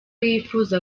yifuza